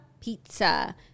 Pizza